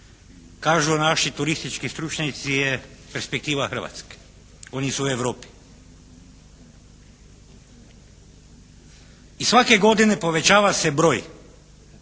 kažu naši turistički stručnjaci je perspektiva Hrvatske, oni su u Europi. I svake godine povećava se broj